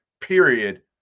period